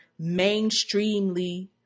mainstreamly